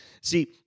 see